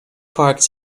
parks